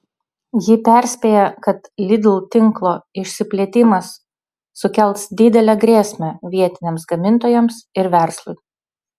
ji perspėja kad lidl tinklo išsiplėtimas sukels didelę grėsmę vietiniams gamintojams ir verslui